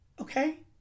Okay